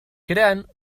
creant